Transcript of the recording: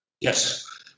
Yes